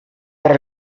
par